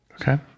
Okay